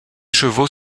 chevaux